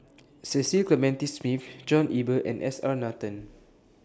Cecil Clementi Smith John Eber and S R Nathan